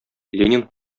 ленин